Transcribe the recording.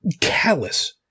callous